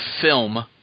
film